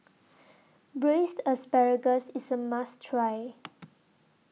Braised Asparagus IS A must Try